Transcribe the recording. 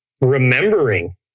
remembering